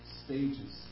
stages